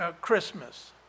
Christmas